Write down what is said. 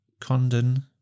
Condon